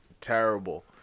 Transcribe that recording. terrible